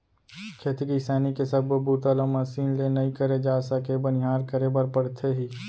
खेती किसानी के सब्बो बूता ल मसीन ले नइ करे जा सके बनिहार करे बर परथे ही